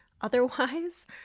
Otherwise